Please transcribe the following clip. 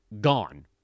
gone